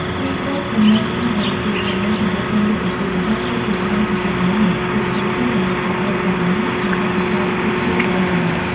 ផ្សារត្រីមិនមែនគ្រាន់តែជាកន្លែងសម្រាប់ទិញលក់នោះទេ ប៉ុន្តែវាជាកន្លែងសម្រាប់មនុស្សមកជួបជុំគ្នា ដើម្បីផ្លាស់ប្តូរព័ត៌មាន និងបទពិសោធន៍ពីគ្នាទៅវិញទៅមក។